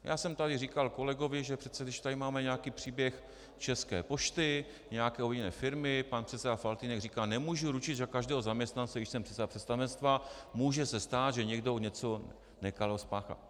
Já jsem tady říkal kolegovi, že přece když tady máme nějaký příběh České pošty, nějaké jiné firmy, pan předseda Faltýnek říká: Nemůžu ručit za každého zaměstnance, když jsem předseda představenstva, může se stát, že někdo něco nekalého spáchá.